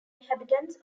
inhabitants